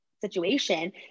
situation